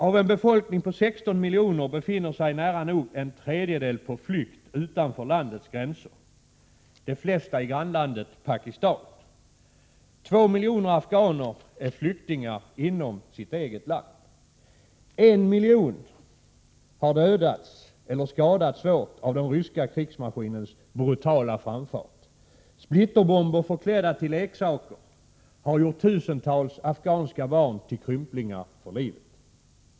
Av en befolkning på 16 miljoner befinner sig nära nog en tredjedel på flykt utanför landets gränser, de flesta i grannlandet Pakistan. Två miljoner afghaner är flyktingar inom sitt eget land. En miljon afghaner har dödats eller skadats svårt av den ryska krigsmaskinens brutala framfart. Splitterbomber förklädda till leksaker har gjort tusentals afghanska barn till krymplingar för livet.